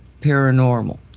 Paranormal